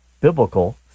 biblical